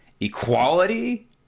Equality